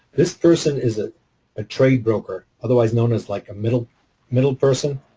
this person is a a trade broker, otherwise known as, like, a middle middle person.